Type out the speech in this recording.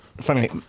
Funny